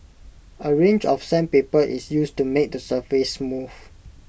A range of sandpaper is used to make the surface smooth